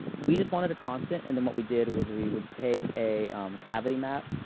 we just wanted a constant. and then what we did was we would take a cavity map,